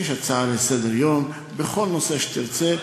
תגיש הצעה לסדר-יום בכל נושא שתרצה,